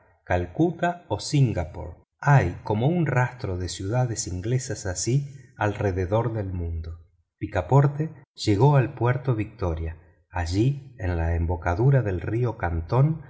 calcuta o singapore hay como un rastro de ciudades inglesas así alrededor del mundo picaporte llegó al puerto victoria allí en la embocadura del río cantón